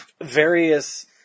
various